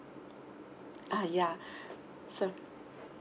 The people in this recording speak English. ah yeah so